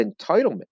entitlement